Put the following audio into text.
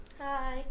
hi